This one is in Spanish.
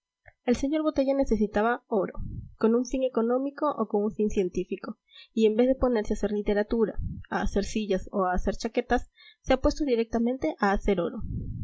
el señor botella necesitaba oro con un fin económico o con un fin científico y en vez de ponerse a hacer literatura a hacer sillas o a hacer chaquetas se ha puesto directamente a hacer oro